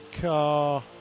car